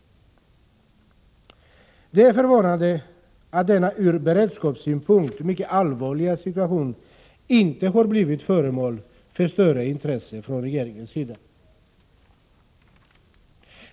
Det är förvånande att denna ur beredskapssynpunkt mycket allvarliga situation inte har blivit föremål för större intresse från regeringens sida.